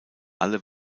alle